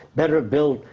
better built,